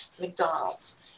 McDonald's